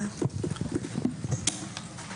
הישיבה